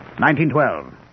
1912